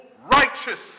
righteous